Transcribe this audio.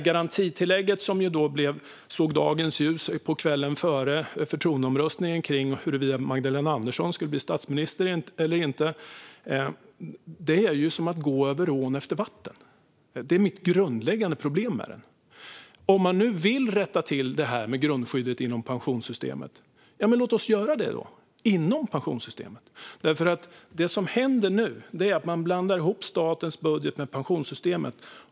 Garantitillägget, som kom till kvällen före förtroendeomröstningen om Magdalena Andersson skulle bli statsminister eller inte, är som att gå över ån efter vatten. Det är enligt mig det grundläggande problemet med det. Om vi vill rätta till problemet med grundskyddet i pensionssystemet, låt oss då göra det inom pensionssystemet. Nu blandar man nämligen ihop statens budget med pensionssystemet.